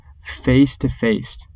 face-to-face